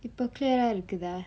இப்ப:ippa clear ah இருக்குதா:irukkutha